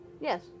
Yes